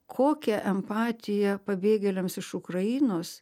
kokia empatija pabėgėliams iš ukrainos